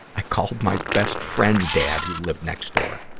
i called my best friend's dad who lived next door.